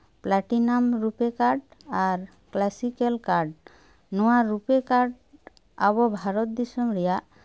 platinum RuPay card ᱟᱨ classic card ᱱᱚᱣᱟ RuPay card ᱟᱵᱚ ᱵᱷᱟᱨᱚᱛ ᱫᱤᱥᱚᱢ ᱨᱮᱭᱟᱜ